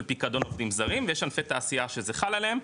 פיקדון עובדים זרים ויש ענפי תעשייה שזה חל עליהם,